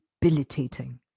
debilitating